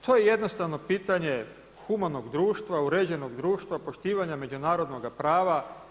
To je jednostavno pitanje humanog društva, uređenog društva, poštivanja međunarodnoga prava.